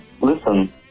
Listen